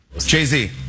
Jay-Z